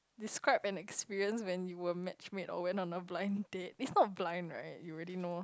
describe an experience when you were match made or went on a blind date it's not blind right you already know